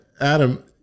Adam